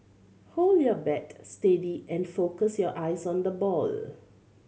hold your bat steady and focus your eyes on the ball